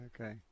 Okay